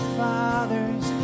fathers